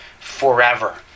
forever